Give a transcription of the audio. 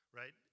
right